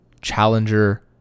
Challenger